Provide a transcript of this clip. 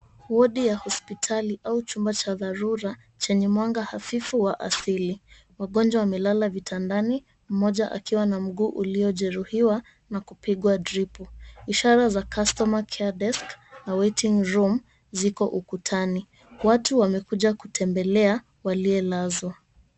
Wodi ya hospitali au chumba cha dharura chenye mwanga hafifu wa asili. Wagonjwa wamelala vitandani mmoja akiwa na mguu uliojeruhiwa na kupigwa dripu. Ishara za Customer Care Desk , Awaiting Room ziko ukutani. Watu wamekuja kutembelea waliolazwa.